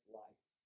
life